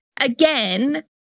again